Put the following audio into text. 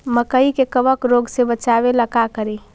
मकई के कबक रोग से बचाबे ला का करि?